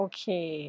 Okay